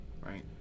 Right